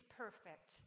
perfect